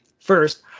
First